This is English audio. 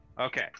Okay